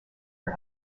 for